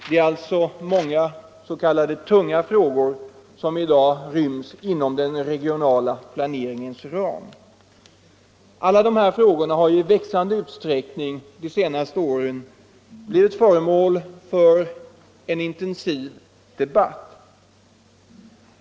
Det är alltså många s.k. tunga frågor som i dag ryms inom den regionala planeringens ram. Alla de här frågorna har under de senaste åren i växande utsträckning blivit föremål för en intensiv debatt.